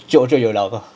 就有了吧